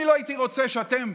אני לא הייתי רוצה שאתם,